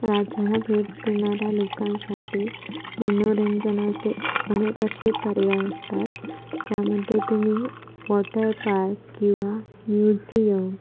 राज्याला भेट देणाऱ्या लोकांसाठी मनोरंजनाचे अनेक असे पर्याय असतात ज्यामध्ये तुम्ही वॉटर पार्क किंवा म्युझियम